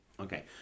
Okay